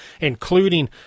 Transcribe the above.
including